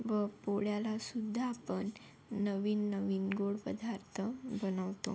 व पोळ्याला सुद्धा आपण नवीन नवीन गोड पदार्थ बनवतो